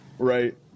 Right